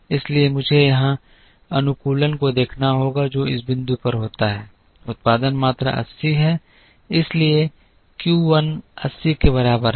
इसलिए मुझे यहां अनुकूलन को देखना होगा जो इस बिंदु पर होता है उत्पादन मात्रा 80 है इसलिए क्यू 1 80 के बराबर है